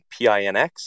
PINX